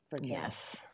Yes